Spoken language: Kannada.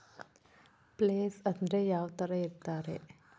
ಪ್ಲೇಸ್ ಅಂದ್ರೆ ಯಾವ್ತರ ಇರ್ತಾರೆ?